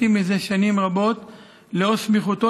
תודה.